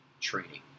training